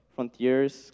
Frontiers